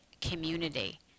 community